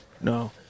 no